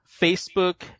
Facebook